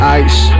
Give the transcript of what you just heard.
ice